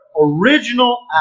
original